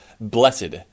blessed